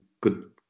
good